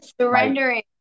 surrendering